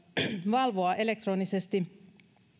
valvoa elektronisesti